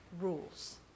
rules